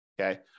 Okay